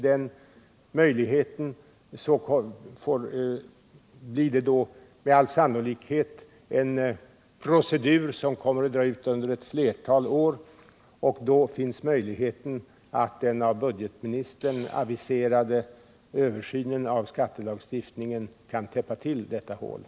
Det blir i så fall med all sannolikhet en procedur som kommer att pågå under ett flertal år, och då finns det möjlighet att den av budgetoch ekonomiministern aviserade översynen av skattelagstiftningen kan täppa till det hålet.